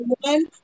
one